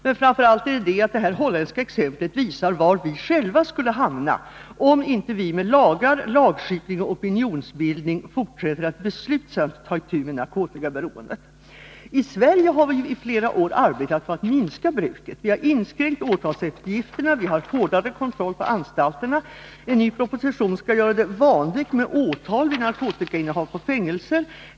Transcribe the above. Men framför allt visar det holländska exemplet var vi själva hamnar om vi inte med lagar, lagskipning och opinionsbildning fortsätter att beslutsamt ta itu med narkotikaberoendet. I Sverige har vi under flera år arbetat på att minska missbruket. Vi har inskränkt åtalseftergifterna. Vi har nu hårdare kontroll på anstalterna. Enligt en ny proposition skall det bli vanligt med åtal vid narkotikainnehav på fängelser.